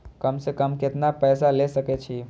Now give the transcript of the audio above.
कम से कम केतना पैसा ले सके छी?